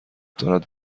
دارد